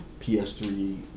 PS3